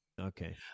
Okay